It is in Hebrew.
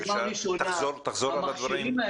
בבקשה, תחזור על הדברים.